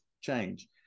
change